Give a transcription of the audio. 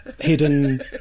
hidden